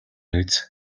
биз